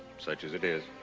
such as it is.